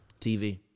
TV